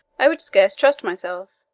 i would scarce trust myself,